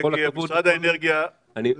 משרד האנרגיה הוא